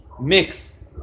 mix